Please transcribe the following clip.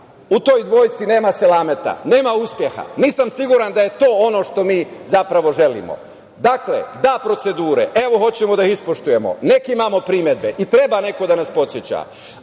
U toj dvojci nema selameta, nema uspeha. Nisam siguran da je to ono što mi zapravo želimo. Dakle – da procedure, evo, hoćemo da ih ispoštujemo. Neka imamo primedbe, i treba neko da nas podseća.